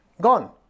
Gone